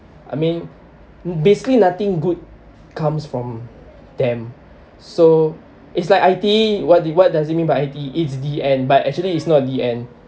I mean basically nothing good comes from them so it's like I_T_E what do what does it mean by I_T_E it's the and but actually it's not the end